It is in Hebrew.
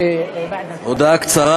הודעה קצרה.